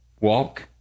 Walk